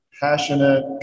passionate